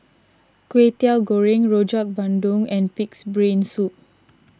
Kway Teow Goreng Rojak Bandung and Pig's Brain Soup